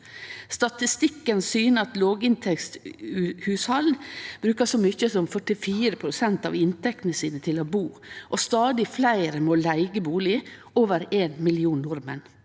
Statistikken syner at låginntektshushald brukar så mykje som 44 pst. av inntektene sine til å bu, og stadig fleire må leige bustad – over éin million nordmenn.